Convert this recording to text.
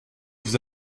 vous